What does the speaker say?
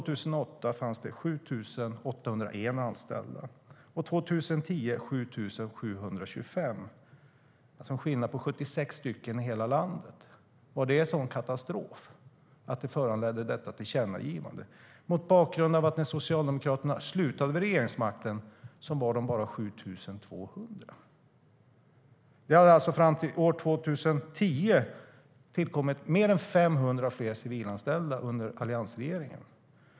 Det fanns 7 801 anställda år 2008 och 7 725 år 2010, en skillnad på 76 anställda i hela landet. Var det en sådan katastrof att det föranledde tillkännagivandet? Det frågar jag mot bakgrund av att antalet bara var 7 200 när Socialdemokraterna förlorade regeringsmakten. Det hade alltså fram till år 2010 tillkommit fler än 500 civilanställda under alliansregeringen.